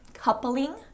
Coupling